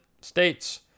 states